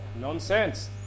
Nonsense